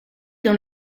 dans